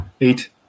Eight